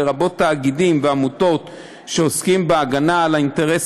לרבות תאגידים ועמותות שעוסקים בהגנה על אינטרס